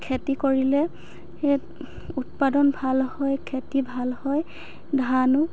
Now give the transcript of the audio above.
খেতি কৰিলে হে উৎপাদন ভাল হয় খেতি ভাল হয় ধানো